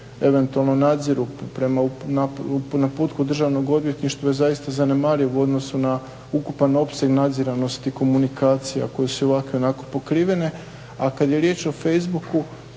eventualno nadziru prema naputku Državnog odvjetništva je zaista zanemariv u odnosu na ukupan opseg nadziranosti komunikacija koje su ovako i onako pokrivene. A kad je riječ o Facebooku